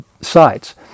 sites